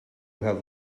have